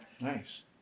nice